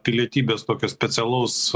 pilietybės tokio specialaus